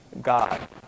God